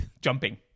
jumping